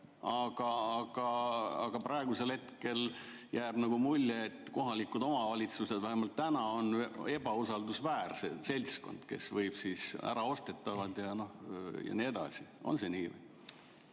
aga praegusel hetkel jääb mulje, et kohalikud omavalitsused, vähemalt täna, on ebausaldusväärne seltskond, kes võib olla äraostetav ja nii edasi. On see nii?